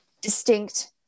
distinct